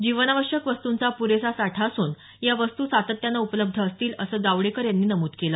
जीवनावश्यक वस्तूंचा प्रोसा साठा असून या वस्तू सातत्यानं उपलब्ध असतील असं जावडेकर यांनी नमूद केलं